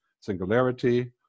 singularity